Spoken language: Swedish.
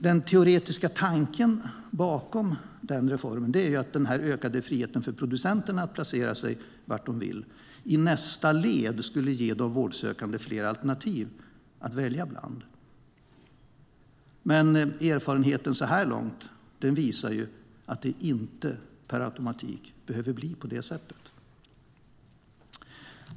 Den teoretiska tanken bakom reformen är att ökad frihet för producenterna i nästa led skulle ge de vårdsökande fler alternativ att välja bland, men erfarenheten så här långt visar ju att det per automatik inte behöver bli på det sättet.